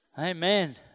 Amen